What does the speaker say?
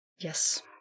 Yes